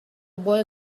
boy